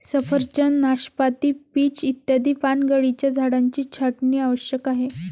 सफरचंद, नाशपाती, पीच इत्यादी पानगळीच्या झाडांची छाटणी आवश्यक आहे